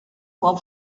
for